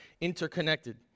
interconnected